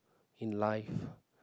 in life